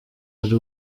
ari